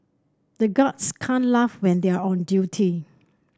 the guards can't laugh when they are on duty